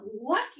lucky